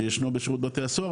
שישנו בשירות בתי הסוהר,